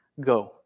go